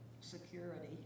security